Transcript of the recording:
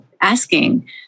asking